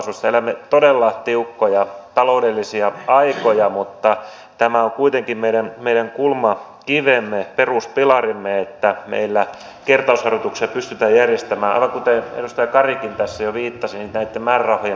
tulevaisuudessa elämme todella tiukkoja taloudellisia aikoja mutta tämä on kuitenkin meidän kulmakivemme peruspilarimme että meillä kertausharjoituksia pystytään järjestämään aivan kuten edustaja karikin tässä jo viittasi ja kysyisinkin ministeriltä näitten määrärahojen perään